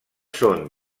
són